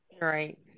Right